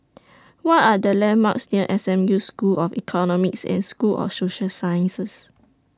What Are The landmarks near S M U School of Economics and School of Social Sciences